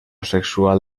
sexual